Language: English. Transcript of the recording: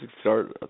start